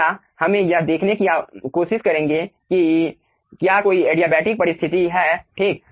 अगला हमें यह देखने की कोशिश करें कि क्या कोई एडियाबेटिक परिस्थिति हैं ठीक